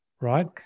right